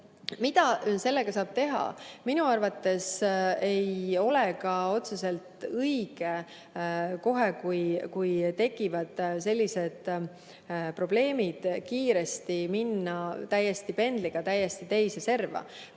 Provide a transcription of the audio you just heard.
sellega saab teha? Minu arvates ei ole ka õige kohe, kui tekivad sellised probleemid, kiiresti minna täiesti pendli teise serva.